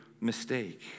mistake